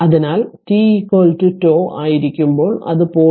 അതിനാൽ t τ ആയിരിക്കുമ്പോൾ അത് 0